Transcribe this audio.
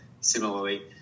similarly